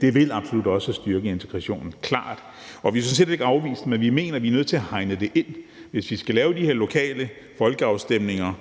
Det vil absolut også styrke integrationen, klart, og vi er sådan set heller ikke afvisende over for det, men vi mener, at vi er nødt til at hegne det ind. Hvis vi skal lave de her lokale folkeafstemninger